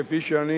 כפי שאני